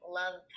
love